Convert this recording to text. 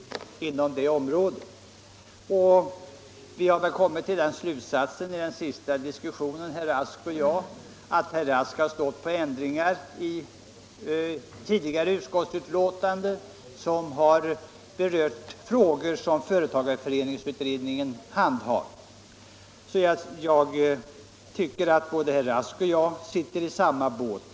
Vid vår senaste diskussion kom vi väl till den slutsatsen, att också herr Rask i tidigare betänkanden har stått för ändringar som berör frågor som företagareföreningsutredningen handhar. Jag tycker därför att herr Rask och jag sitter i samma båt.